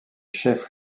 chef